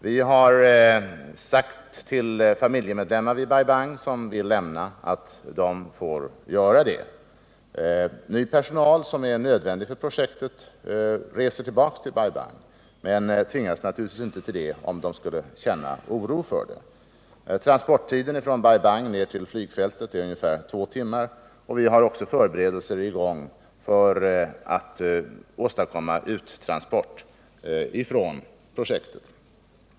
Vi har sagt till familjemedlemmar i Bai Bang som vill lämna landet att de får göra det. Ny personal som är nödvändig för projektet reser till Bai Bang, men de tvingas naturligtvis inte till det om de känner oro för det. Transporttiden från Bai Bang ner till flygfältet är ungefär två timmar, och vi har också förberedelser i gång för att åstadkomma uttransport från projektet.